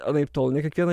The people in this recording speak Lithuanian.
anaiptol ne kiekvieną